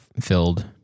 filled